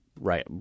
right